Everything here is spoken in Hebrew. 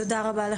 תודה רבה.